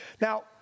Now